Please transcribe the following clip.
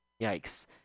Yikes